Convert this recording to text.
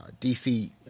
DC